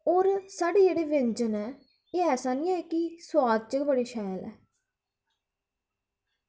होर साढ़े जेह्ड़े व्यंजन ऐ एह् ऐसा निं ऐ कि सोआद च गै बड़े शैल न